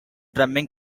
drumming